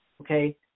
Okay